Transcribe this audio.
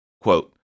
Quote